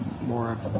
more